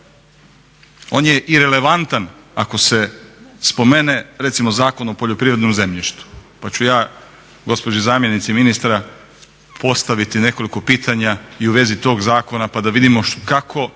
on je irelevantan ako se spomene recimo Zakon o poljoprivrednom zemljištu pa ću ja gospođi zamjenici ministra postaviti nekoliko pitanja i u vezi tog zakona pa da vidimo kako